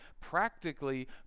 Practically